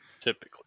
Typically